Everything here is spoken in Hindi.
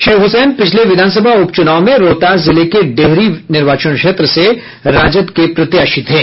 श्री हुसैन पिछले विधानसभा उप चुनाव में रोहतास जिले के डेहरी निर्वाचन क्षेत्र से राजद के प्रत्याशी थे